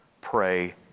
Pray